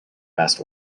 best